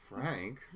Frank